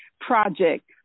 project